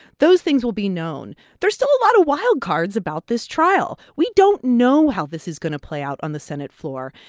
those things will be known. there's still a lot of wild cards about this trial. we don't know how this is going to play out on the senate floor.